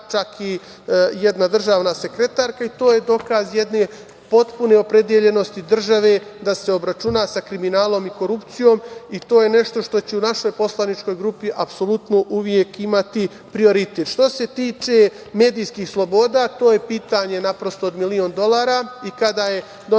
čak i jedna državna sekretarka i to je dokaz jedne potpune opredeljenosti države da se obračuna sa kriminalom i korupcijom. To je nešto što će u našoj poslaničkoj grupi apsolutno uvek imati prioritet. Što se tiče medijskih sloboda, to je pitanje od milion dolara. I kada je Donald